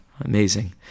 Amazing